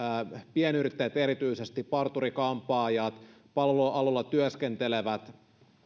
pienyrittäjät erityisesti parturi kampaajat palvelualoilla työskentelevät